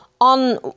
on